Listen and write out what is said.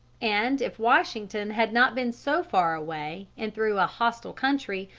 and if washington had not been so far away and through a hostile country,